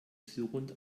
surrend